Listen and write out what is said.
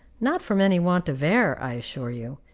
not from any want of air, i assure you,